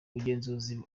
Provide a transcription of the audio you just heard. abagenzuzi